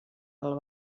del